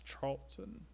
Charlton